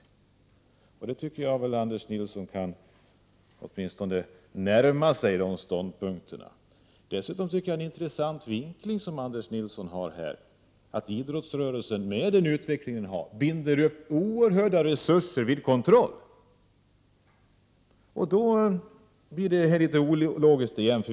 De ståndpunkterna tycker jag Anders Nilsson åtminstone borde kunna närma sig. Dessutom var det en intressant vinkling Anders Nilsson gjorde, att idrottsrörelsen med den inriktning den har binder upp oerhörda resurser för kontroll. Då blir det litet ologiskt igen.